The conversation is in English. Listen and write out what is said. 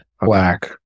black